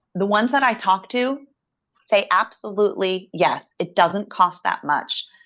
the ones that i talked to say, absolutely, yes. it doesn't cost that much.